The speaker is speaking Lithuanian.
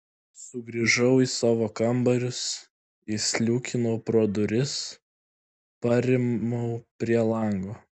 sugrįžau į savo kambarius įsliūkinau pro duris parimau prie lango